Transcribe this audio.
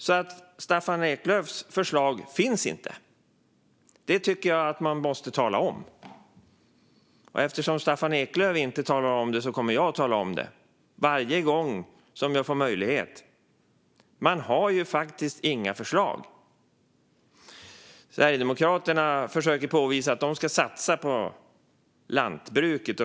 Men Staffan Eklöfs förslag finns inte. Det tycker jag att man måste tala om. Och eftersom Staffan Eklöf inte talar om det kommer jag att göra det, varje gång jag får möjlighet. Man har faktiskt inga förslag. Sverigedemokraterna försöker påvisa att de ska satsa på lantbruket.